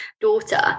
daughter